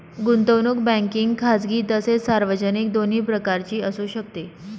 गुंतवणूक बँकिंग खाजगी तसेच सार्वजनिक दोन्ही प्रकारची असू शकते